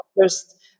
first